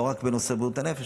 לא רק בנושא בריאות הנפש,